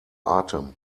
atem